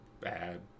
Bad